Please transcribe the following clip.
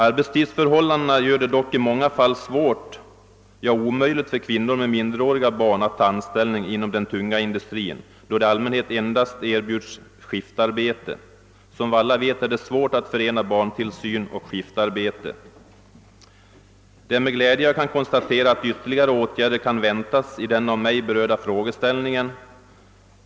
Arbetstidsförhållandena gör det dock i många fall svårt, ja omöjligt för kvinnor med minderåriga barn att ta anställning inom den tunga industrin. I allmänhet erbjuds endast skiftarbete, och det är, såsom vi alla vet, svårt att förena barntillsyn och skiftarbete. Det är med glädje jag kan konstatera att ytterligare åtgärder kan väntas i den av mig berörda frågan.